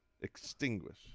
Extinguish